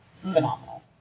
phenomenal